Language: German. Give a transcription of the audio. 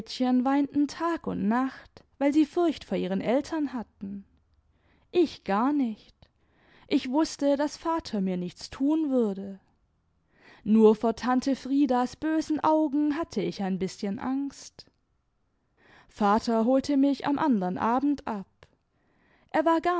weinten tag und nacht weil sie furcht vor ihren eltern hatten ich gar nicht ich wußte daß vater mir nichts tun würde nur vor tante friedas bösen augen hatte ich ein bißchen angst vater holte mich am andern abend ab er war